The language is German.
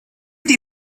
die